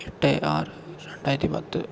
എട്ട് ആറ് രണ്ടായിരത്തിപ്പത്ത്